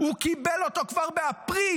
הוא קיבל אותו כבר באפריל.